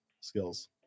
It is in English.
skills